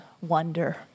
wonder